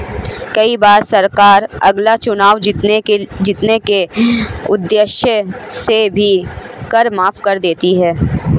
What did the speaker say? कई बार सरकार अगला चुनाव जीतने के उद्देश्य से भी कर माफ कर देती है